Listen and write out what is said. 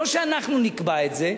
ולא אנחנו נקבע את זה.